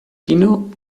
quino